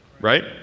right